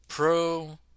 Pro